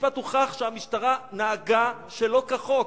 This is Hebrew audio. ובבית-משפט הוכח שהמשטרה נהגה שלא כחוק,